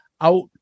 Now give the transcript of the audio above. out